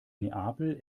neapel